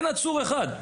אין עצור אחד.